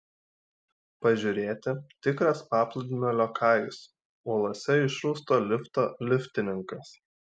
pažiūrėti tikras paplūdimio liokajus uolose išrausto lifto liftininkas